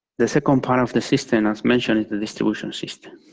the second part of the system, as mentioned, is the distribution system.